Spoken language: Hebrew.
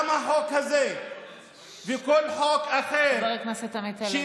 גם החוק הזה וכל חוק אחר, חבר הכנסת עמית הלוי.